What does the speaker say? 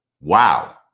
Wow